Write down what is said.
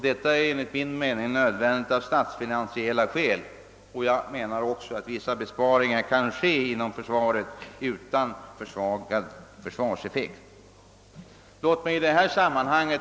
Det är enligt min mening nödvändigt av statsfinansiella skäl, och jag anser också att vissa besparingar kan göras inom försvaret utan att försvarseffekten försvagas.